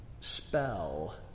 spell